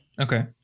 Okay